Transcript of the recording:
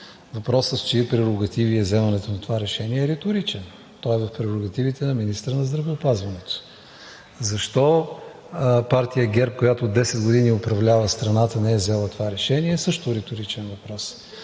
въпросът в чии прерогативи е вземането на това решение, е риторичен. Той е в прерогативите на министъра на здравеопазването. Защо партия ГЕРБ, която 10 години управлява страната, не е взела това решение, също е риторичен въпрос.